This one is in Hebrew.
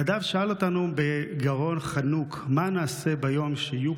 נדב שאל אותנו בגרון חנוק: מה נעשה ביום שיהיו